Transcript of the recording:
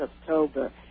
October